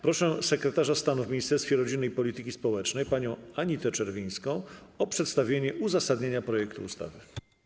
Proszę sekretarza stanu w Ministerstwie Rodziny i Polityki Społecznej panią Anitę Czerwińską o przedstawienie uzasadnienia projektu ustawy.